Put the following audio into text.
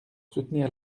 soutenir